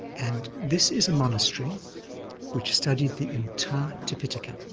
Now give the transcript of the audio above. and this is a monastery which studied the entire tipitaka.